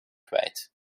kwijt